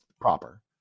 proper